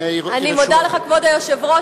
אני מודה לך, כבוד היושב-ראש.